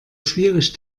schwierig